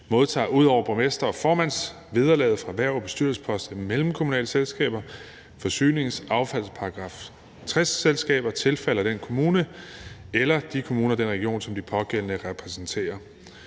modtager ud over borgmester- og formandsvederlaget fra hverv og bestyrelsesposter i mellemkommunale selskaber, forsynings-, affalds- og § 60-selskaber, tilfalder den kommune eller de kommuner og den region, som de pågældende repræsenterer.